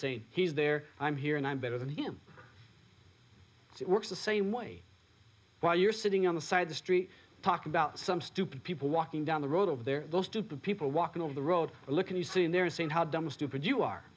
saying he's there i'm here and i'm better than him it works the same way while you're sitting on the side of the street talk about some stupid people walking down the road over there those stupid people walking on the road look at the scene they're saying how dumb or stupid you are